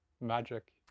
magic